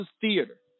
theater